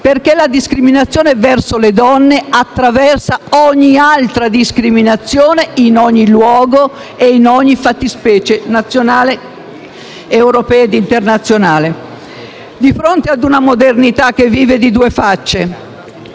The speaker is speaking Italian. perché la discriminazione verso le donne attraversa ogni altra discriminazione, in ogni luogo e in ogni fattispecie nazionale, europea e internazionale. Di fronte ad una modernità che vive di due facce,